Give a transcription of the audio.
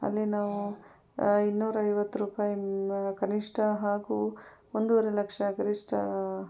ಅಲ್ಲಿ ನಾವು ಇನ್ನೂರೈವತ್ತು ರೂಪಾಯಿ ಕನಿಷ್ಠ ಹಾಗೂ ಒಂದೂವರೆ ಲಕ್ಷ ಗರಿಷ್ಠ